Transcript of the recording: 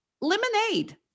Lemonade